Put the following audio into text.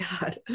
God